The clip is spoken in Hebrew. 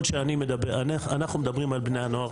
ככל שאני מדבר אנחנו מדברים על בני הנוער,